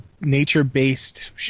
nature-based